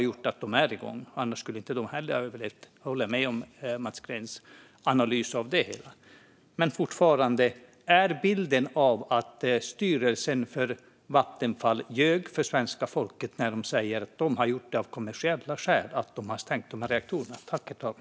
Men menar Moderaterna att Vattenfalls styrelse ljög för svenska folket när de sa att de stängde reaktorerna av kommersiella skäl?